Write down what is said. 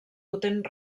potent